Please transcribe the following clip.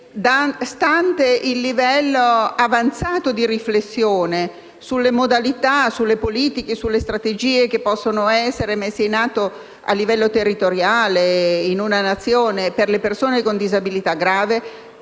stante il livello avanzato di riflessione sulle modalità, sulle politiche, sulle strategie che possono essere messe in atto a livello territoriale, in una Nazione, per le persone con disabilità grave,